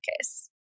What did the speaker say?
case